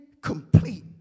Complete